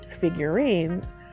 figurines